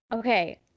Okay